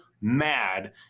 mad